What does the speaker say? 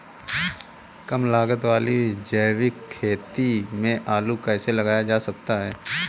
कम लागत वाली जैविक खेती में आलू कैसे लगाया जा सकता है?